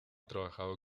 trabajado